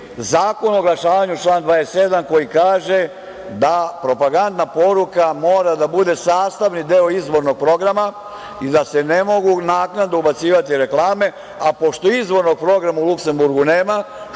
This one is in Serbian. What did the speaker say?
Zakon o oglašavanju član 27. koji kaže da propagandna poruka mora da bude sastavni deo izvornog programa i da se ne mogu naknadno ubacivati reklame, a pošto izvornog programa u Luksemburgu nema,